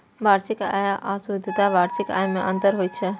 वार्षिक आय आ शुद्ध वार्षिक आय मे अंतर होइ छै